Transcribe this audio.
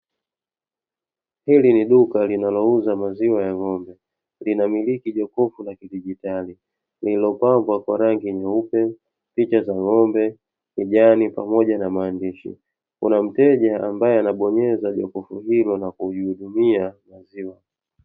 Hili ni duka linalouza maziwa ya ng'ombe, linamiliki jokofu la kidigitali lililopambwa kwa rangi nyeupe, picha za ng'ombe, kijani, pamoja na maandishi. Kuna mteja ambaye anabonyeza jokofu hilo na kujihudumia maziwa.